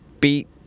beat